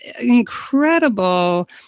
incredible